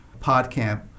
PodCamp